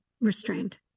restrained